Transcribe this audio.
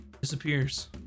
disappears